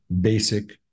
basic